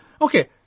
okay